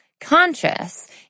conscious